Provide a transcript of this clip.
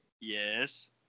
Yes